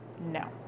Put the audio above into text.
No